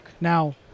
Now